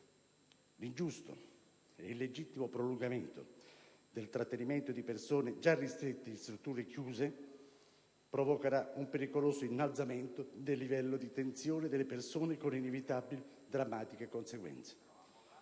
L'ingiusto e illegittimo prolungamento del trattenimento di persone già ristrette in strutture chiuse provocherà un pericoloso innalzamento del livello di tensione delle persone, con inevitabili drammatiche conseguenze.